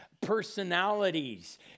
personalities